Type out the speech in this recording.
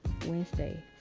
Wednesday